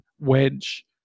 wedge